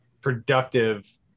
productive